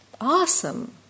awesome